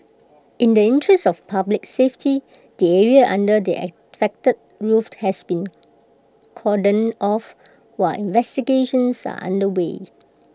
in the interest of public safety the area under the affected roof has been cordoned off while investigations are underway